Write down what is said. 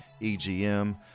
EGM